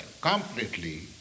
completely